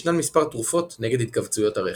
ישנן מספר תרופות נגד התכווצויות הרחם.